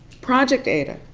project ada,